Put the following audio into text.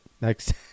next